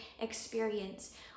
experience